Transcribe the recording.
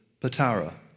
Patara